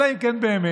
אלא אם כן באמת